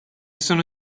sono